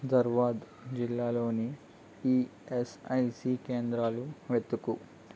ధర్వాడ్ జిల్లాలోని ఈఎస్ఐసి కేంద్రాలను వెతుకు